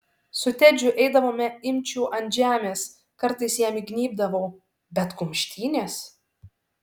su tedžiu eidavome imčių ant žemės kartais jam įgnybdavau bet kumštynės